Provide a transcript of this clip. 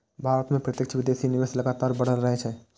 भारत मे प्रत्यक्ष विदेशी निवेश लगातार बढ़ि रहल छै